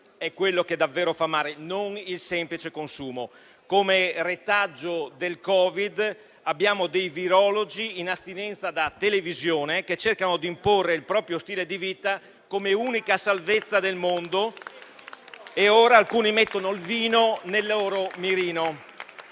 a far male davvero, non il semplice consumo. Come retaggio del Covid, abbiamo dei virologi in astinenza da televisione che cercano di imporre il proprio stile di vita come unica salvezza del mondo e ora alcuni mettono il vino nel loro mirino.